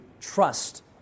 trust